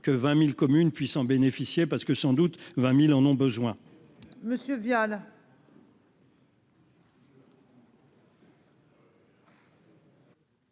que 20 000 communes puissent en bénéficier, car sans doute 20 000 en ont besoin.